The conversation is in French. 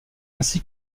ainsi